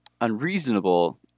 unreasonable